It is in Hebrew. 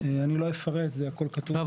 לא אפרט כי הכול כתוב בתוך הנוהל.